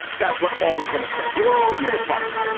that's what all of them said they were all unified.